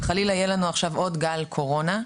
חלילה יהיה לנו עכשיו עוד גל קורונה,